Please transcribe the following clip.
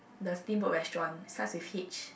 the steam boat restaurant starts with H